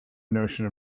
notion